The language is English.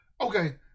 Okay